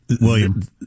William